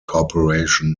corporation